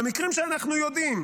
במקרים שאנחנו יודעים?